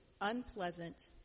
unpleasant